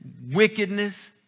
wickedness